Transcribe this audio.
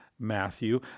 Matthew